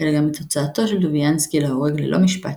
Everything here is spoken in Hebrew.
אלא גם את הוצאתו של טוביאנסקי להורג ללא משפט,